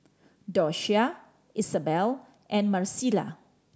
Doshia Isabell and Marcela